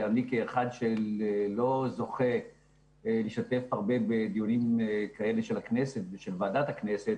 שאני כאחד שלא זוכה להשתתף הרבה בדיונים כאלה של הכנסת ושל ועדה בכנסת,